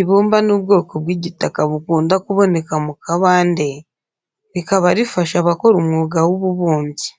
Ibumba ni ubwoko bw'igitaka bukunda kuboneka mu kabande rikaba rifasha abakora umwuga w'ububumbyi.